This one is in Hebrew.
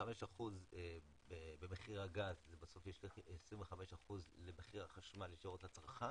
25% במחיר הגז זה בסוף ישליך על 25% למחיר החשמל ישירות לצרכן?